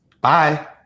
bye